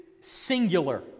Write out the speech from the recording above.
singular